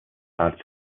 arzt